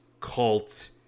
cult